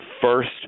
first